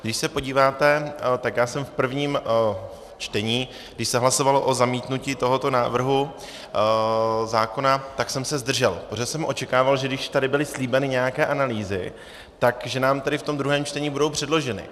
Když se podíváte, tak já jsem v prvním čtení, když se hlasovalo o zamítnutí tohoto návrhu zákona, zdržel, protože jsem očekával, že když tady byly slíbeny nějaké analýzy, tak že nám tedy v tom druhém čtení budou předloženy.